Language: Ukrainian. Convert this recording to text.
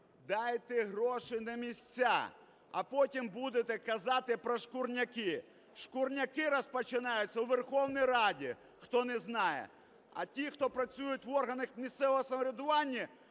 Дайте гроші на місця, а потім будете казати про "шкурняки". "Шкурняки" розпочинаються у Верховній Раді, хто не знає. А ті, хто працюють в органах місцевого самоврядування,